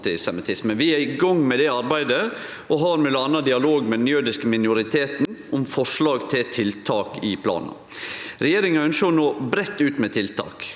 Vi er i gang med det arbeidet og har m.a. dialog med den jødiske minoriteten om forslag til tiltak i planen. Regjeringa ønskjer å nå breitt ut med tiltak.